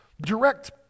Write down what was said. Direct